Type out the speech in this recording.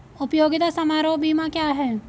उपयोगिता समारोह बीमा क्या है?